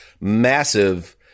massive